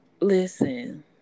Listen